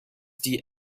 the